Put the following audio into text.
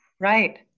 Right